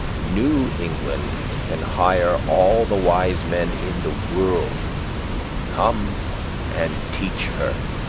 new england can hire all the wise men in the world to come and teach her,